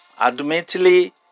Admittedly